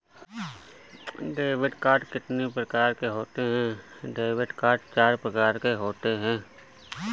Debit card कितनी प्रकार के होते हैं?